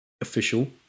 official